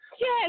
Yes